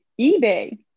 eBay